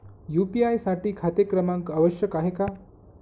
UPI साठी खाते क्रमांक आवश्यक आहे का?